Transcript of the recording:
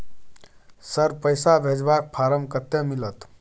Sir, पैसा भेजबाक form कत्ते मिलत?